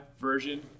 version